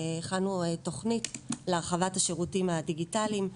הכנו תכנית להרחבת השירותים הדיגיטליים,